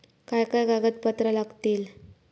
काय काय कागदपत्रा लागतील?